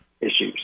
issues